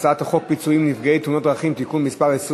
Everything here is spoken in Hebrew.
הצעת חוק פיצויים לנפגעי תאונות דרכים (תיקון מס' 24),